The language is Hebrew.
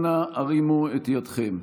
אנא הרימו את ידיכם.